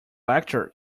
lecture